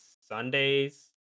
Sundays